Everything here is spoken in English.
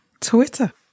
Twitter